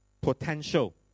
potential